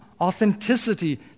authenticity